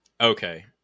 Okay